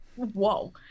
Whoa